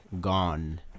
gone